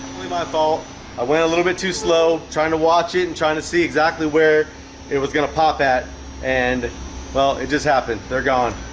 my fault i went a little bit too slow trying to watch it and trying to see exactly where it was gonna pop at and well, it just happened. they're gone,